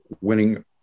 winning